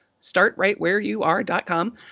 StartRightWhereYouAre.com